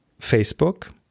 Facebook